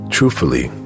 Truthfully